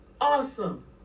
awesome